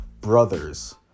brothers